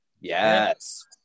Yes